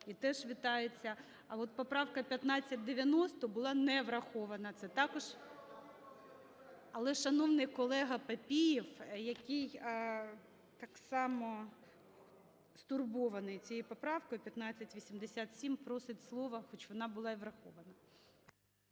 і теж вітається. А от поправка 1590 була не врахована. Це також… (Шум у залі) Але, шановний колегоПапієв, який так само стурбований цією поправкою, 1587, просить слова, хоч вона була і врахована.